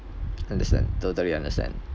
understand totally understand